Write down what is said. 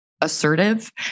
Assertive